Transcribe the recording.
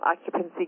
occupancy